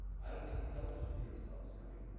i don't think intelligence community saw this coming.